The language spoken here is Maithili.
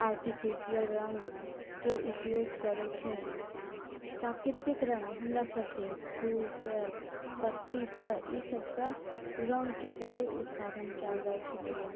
आर्टिफिशियल रङ्गके उपयोग करै छै प्राकृतिक रङ्ग हमरा सभके फूलसँ पत्तीसँ ईसभसँ रङ्गके पहिले उत्पादन कयल जाइत छलैया